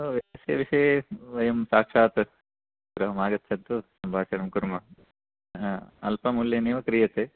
अस्य विषये वयं साक्षात् गृहम् आगच्छतु सम्भाषणं कुर्मः अल्पमूल्येनैव क्रियते